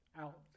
out